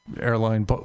airline